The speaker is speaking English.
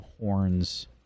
horns